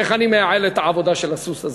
איך אני מייעל את העבודה של הסוס הזה?